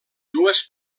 dues